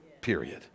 period